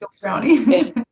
Brownie